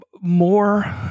more